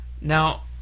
Now